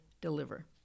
deliver